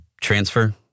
transfer